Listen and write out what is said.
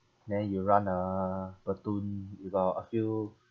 then you run a platoon we got a few